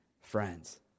friends